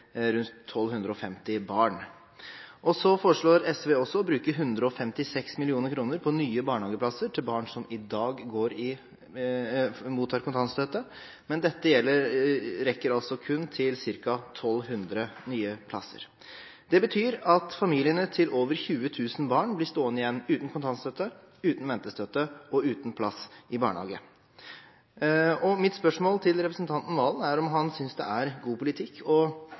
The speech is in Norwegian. rundt 1 250 barn. SV foreslår også å bruke 156 mill. kr på nye barnehageplasser til barn som i dag mottar kontantstøtte, men dette rekker kun til ca.1 200 nye plasser. Det betyr at familiene til over 20 000 barn blir stående igjen uten kontantstøtte, uten ventestøtte og uten plass i barnehage. Mitt spørsmål til representanten Serigstad Valen er om han synes det er god politikk